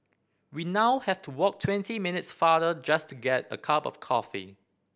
we now have to walk twenty minutes farther just to get a cup of coffee